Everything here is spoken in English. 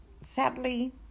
sadly